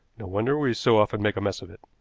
wonder we so often make a mess of it.